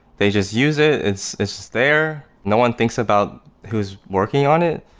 they just use it, it's it's there, no one thinks about who's working on it,